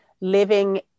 living